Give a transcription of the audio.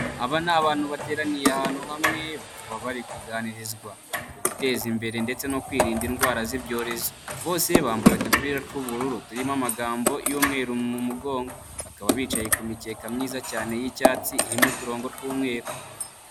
Aba ni abantu bateraniye ahantu hamwe, bakaba bari kuganirizwa ku guteza imbere ndetse no kwirinda indwara z'ibyorezo, bose bambaye udupira tw'ubururu turimo amagambo y'umweru mu mugongo, bakaba bicaye ku mikeka myiza cyane y'icyatsi, irimo uturongo tw'umweru.